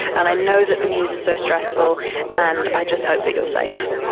and i know that the news is so stressful and i just hope that you're safe.